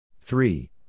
Three